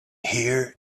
here